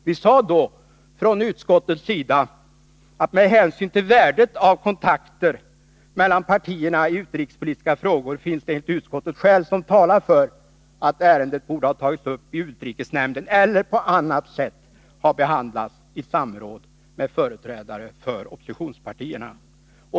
Vi sade då från utskotfts sida att det med hänsyn till värdet av kontakter mellan partierna i 33 utrikespolitiska frågor fanns skäl som talade för att ärendet borde ha tagits upp i utrikesnämnden eller på annat sätt ha behandlats i samråd med företrädare för oppositionspartierna.